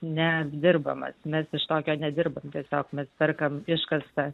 neapdirbamas mes iš tokio nedirbam tiesiog mes perkam iškastą